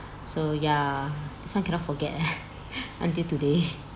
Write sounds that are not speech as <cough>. so ya so this [one] cannot forget <laughs> until today